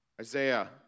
Isaiah